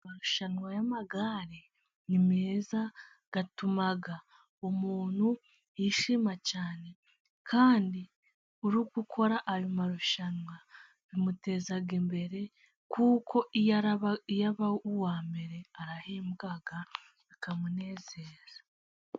Amarushanwa y'amagare ni meza atuma umuntu yishima cyane, kandi uri gukora ayo marushanwa bimuteza imbere, kuko iyo aba uwa mbere arahembwa bikamunezeza.